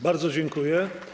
Bardzo dziękuję.